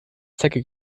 zecke